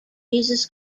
jesus